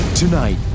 Tonight